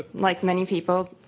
ah like many people,